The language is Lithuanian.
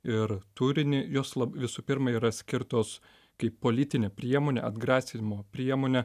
ir turinį jos visų pirma yra skirtos kaip politinė priemonė atgrasymo priemonė